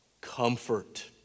comfort